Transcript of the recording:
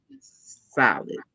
solid